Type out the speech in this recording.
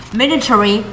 military